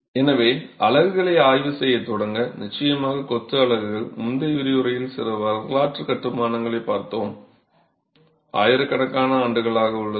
எனவே அலகுகளை ஆய்வு செய்யத் தொடங்க நிச்சயமாக கொத்து அலகுகள் முந்தைய விரிவுரையில் சில வரலாற்று கட்டுமானங்களைப் பார்த்தோம் ஆயிரக்கணக்கான ஆண்டுகளாக உள்ளது